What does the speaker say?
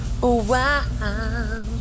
Wow